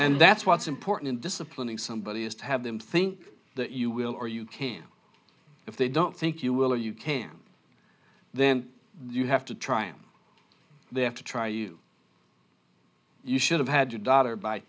and that's what's important disciplining somebody is to have them think that you will or you can if they don't think you will or you can then you have to try and they have to try you you should've had to daughter by